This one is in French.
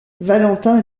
valentin